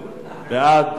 בעד,